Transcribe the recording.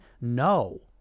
No